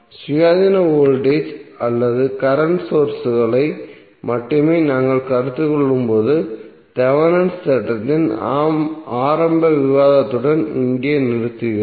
சுயாதீன வோல்டேஜ் அல்லது கரண்ட் சோர்ஸ்களை மட்டுமே நாங்கள் கருத்தில் கொள்ளும்போது தேவெனின் தேற்றத்தின் ஆரம்ப விவாதத்துடன் இங்கே நிறுத்துகிறோம்